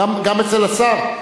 גם אצל השר?